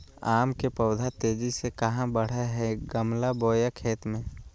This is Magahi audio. आम के पौधा तेजी से कहा बढ़य हैय गमला बोया खेत मे?